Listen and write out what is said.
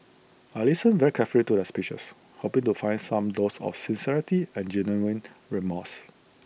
I listened very carefully to A speeches hoping to find some dose of sincerity and genuine remorse